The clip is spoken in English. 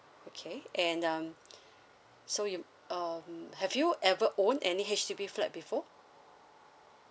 okay and um so you um have you ever own any H_D_B flat before